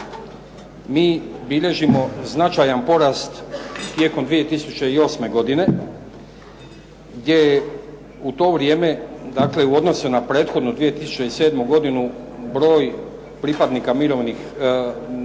mi bilježimo značajan porast tijekom 2008. godine, gdje je u to vrijeme, dakle u odnosu na prethodnu 2007. godinu broj pripadnika mirovnih,